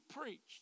preached